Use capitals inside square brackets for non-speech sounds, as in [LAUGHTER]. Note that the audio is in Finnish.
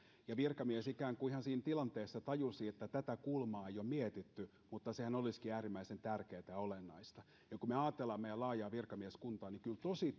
ja virkamies ikään kuin ihan siinä tilanteessa tajusi että tätä kulmaa ei ole mietitty mutta sehän olisikin äärimmäisen tärkeätä ja olennaista kun me ajattelemme meidän laajaa virkamieskuntaamme niin kyllä tosi [UNINTELLIGIBLE]